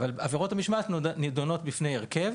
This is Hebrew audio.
אבל עבירות המשמעת נדונות בפני הרכב.